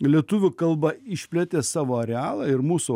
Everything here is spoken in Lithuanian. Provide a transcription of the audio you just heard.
lietuvių kalba išplėtė savo arealą ir mūsų